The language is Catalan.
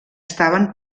estaven